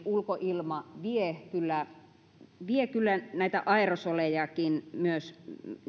ulkoilma vie kyllä vie kyllä näitä aerosolejakin myös